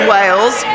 Wales